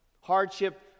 Hardship